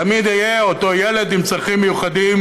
תמיד אהיה אותו ילד עם צרכים מיוחדים,